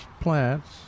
plants